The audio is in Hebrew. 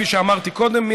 כפי שאמרתי קודם,